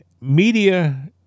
media